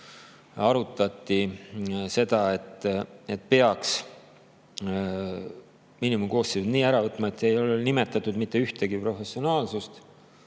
arutati seda, et peaks miinimumkoosseisud nii ära võtma, et ei ole nimetatud mitte ühtegi professiooni.